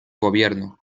gobierno